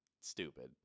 stupid